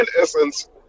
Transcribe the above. essence